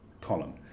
column